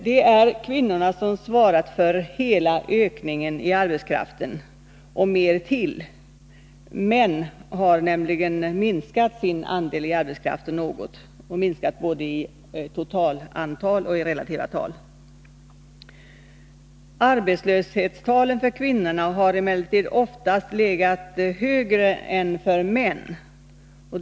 Det är kvinnorna som svarat för hela ökningen i arbetskraften — och mer därtill. Män har nämligen minskat sin andel av arbetskraften något, både i totalt antal och i relativa tal. Arbetslöshetstalen för kvinnorna har emellertid oftast legat högre än för män.